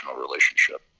relationship